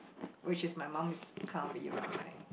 which is my mum's kind of era right